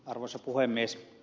arvoisa puhemies